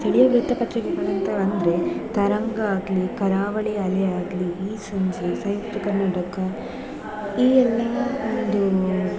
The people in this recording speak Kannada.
ಸ್ಥಳೀಯ ವೃತ್ತಪತ್ರಿಕೆಗಳಂತ ಅಂದರೆ ತರಂಗ ಆಗಲೀ ಕರಾವಳಿ ಅಲೆ ಆಗಲೀ ಈ ಸಂಜೆ ಸಂಯುಕ್ತ ಕರ್ನಾಟಕ ಈ ಎಲ್ಲ ಒಂದು